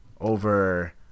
over